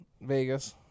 Vegas